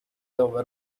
over